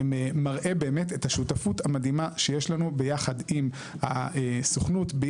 מראה באמת את השותפות המדהימה שיש לנו ביחד עם הסוכנות היהודית,